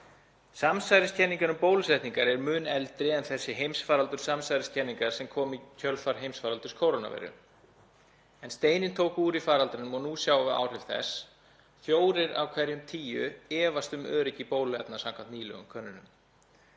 Samsæriskenningar um bólusetningar eru mun eldri en þessi heimsfaraldur samsæriskenninga sem kom í kjölfar heimsfaraldurs kórónuveiru en steininn tók úr í faraldrinum og nú sjáum við áhrif þess; fjórir af hverjum tíu efast um öryggi bóluefna samkvæmt nýlegum könnunum.